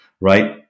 right